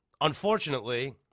Unfortunately